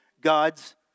God's